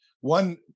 one